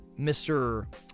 Mr